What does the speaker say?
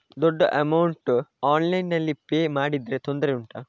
ದೊಡ್ಡ ಅಮೌಂಟ್ ಆನ್ಲೈನ್ನಲ್ಲಿ ಪೇ ಮಾಡಿದ್ರೆ ತೊಂದರೆ ಉಂಟಾ?